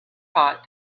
pot